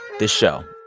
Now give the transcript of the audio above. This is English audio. this show,